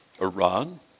Iran